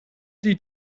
did